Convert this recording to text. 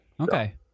okay